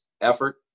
effort